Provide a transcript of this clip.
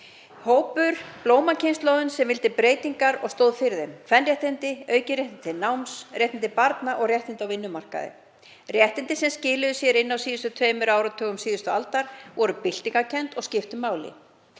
hópur, blómakynslóðin sem vildi breytingar og stóð fyrir þeim; kvenréttindi, aukinn réttur til náms, réttindi barna og réttindi á vinnumarkaði. Réttindi sem skiluðu sér inn á síðustu tveimur áratugum síðustu aldar, voru byltingarkennd og skiptu máli.